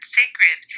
sacred